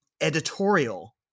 editorial